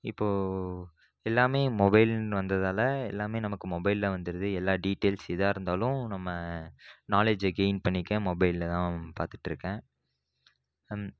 இப்போது எல்லாமே மொபைலுன்னு வந்ததால் எல்லாமே நமக்கு மொபைலில் வந்துடுது எல்லாமே டீடெயில்ஸ் எதாக இருந்தாலும் நாலெட்ஜ்ஜை கெய்ன் பண்ணிக்க மொபைலில்தான் பார்த்துட்டு இருக்கேன்